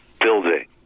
building